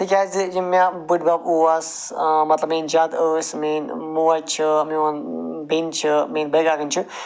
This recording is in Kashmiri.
تِکیٛازِ یِم مےٚ بٕڈ بب اوس مَطلَب میٛٲنۍ جَد ٲسۍ میٛٲنۍ موج چھِ میون بیٚنہِ چھِ میٛٲنۍ بٔے کاکٮ۪ن چھِ